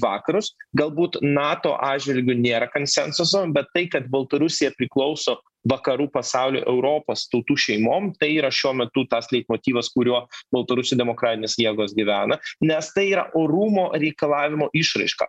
vakarus galbūt nato atžvilgiu nėra konsensuso bet tai kad baltarusija priklauso vakarų pasauliui europos tautų šeimom tai yra šiuo metu tas leitmotyvas kuriuo baltarusių demokratinės jėgos gyvena nes tai yra orumo reikalavimo išraiška